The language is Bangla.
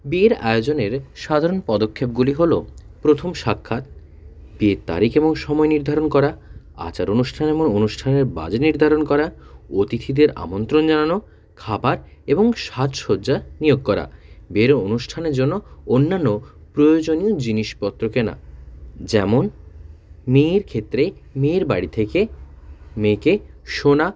বিয়ের আয়োজনের সাধারণ পদক্ষেপগুলি হল প্রথম সাক্ষাৎ বিয়ের তারিখ এবং সময় নির্ধারণ করা আচার অনুষ্ঠান এবং অনুষ্ঠানের বাজেট নির্ধারণ করা অতিথিদের আমন্ত্রণ জানানো খাবার এবং সাজসজ্জা নিয়োগ করা বিয়ের অনুষ্ঠানের জন্য অন্যান্য প্রয়োজনীয় জিনিসপত্র কেনা যেমন মেয়ের ক্ষেত্রে মেয়ের বাড়ি থেকে মেয়েকে সোনা